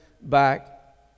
back